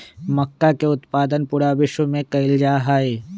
मक्का के उत्पादन पूरा विश्व में कइल जाहई